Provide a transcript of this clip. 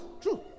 True